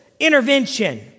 intervention